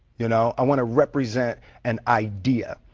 you know, i wanna represent an idea.